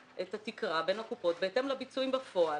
שכבר עבדנו אמיתי ויחלקו את התקרה בין הקופות בהתאם לביצועים בפועל